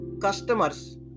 customers